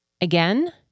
Again